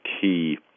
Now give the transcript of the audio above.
key